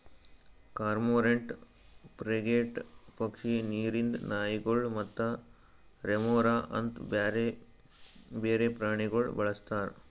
cormorant, frigate ಪಕ್ಷಿ, ನೀರಿಂದ್ ನಾಯಿಗೊಳ್ ಮತ್ತ ರೆಮೊರಾ ಅಂತ್ ಬ್ಯಾರೆ ಬೇರೆ ಪ್ರಾಣಿಗೊಳ್ ಬಳಸ್ತಾರ್